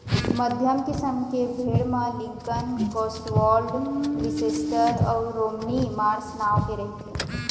मध्यम किसम के भेड़ म लिंकन, कौस्टवोल्ड, लीसेस्टर अउ रोमनी मार्स नांव के रहिथे